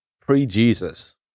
pre-Jesus